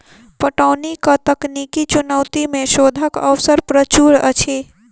पटौनीक तकनीकी चुनौती मे शोधक अवसर प्रचुर अछि